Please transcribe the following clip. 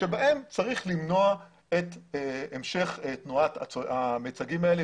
בהם צריך למנוע את המשך תנועת המיצגים האלה